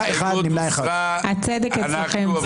הצבעה ההסתייגות לא התקבלה.